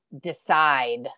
decide